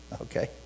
Okay